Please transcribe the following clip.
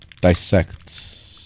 dissect